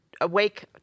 awake